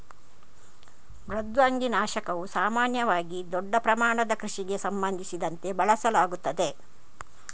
ಮೃದ್ವಂಗಿ ನಾಶಕವು ಸಾಮಾನ್ಯವಾಗಿ ದೊಡ್ಡ ಪ್ರಮಾಣದ ಕೃಷಿಗೆ ಸಂಬಂಧಿಸಿದಂತೆ ಬಳಸಲಾಗುತ್ತದೆ